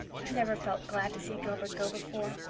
i never felt glad to see gilbert go before,